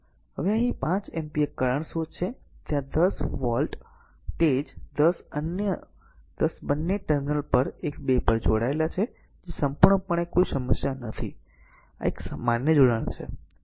હવે અહીં એક 5 એમ્પીયર કરંટ સ્રોત છે ત્યાં 10 વોલ્ટેજ 10 અન્ય 10 બંને ટર્મિનલ 1 2 પર જોડાયેલા છે સંપૂર્ણપણે કોઈ સમસ્યા નથી આ પણ એક માન્ય જોડાણ છે